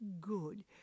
good